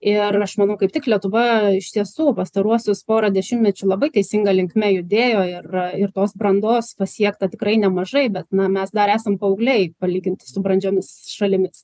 ir aš manau kaip tik lietuva iš tiesų pastaruosius porą dešimtmečių labai teisinga linkme judėjo ir ir tos brandos pasiekta tikrai nemažai bet na mes dar esam paaugliai palyginti su brandžiomis šalimis